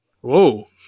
Whoa